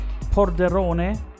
Porderone